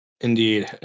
Indeed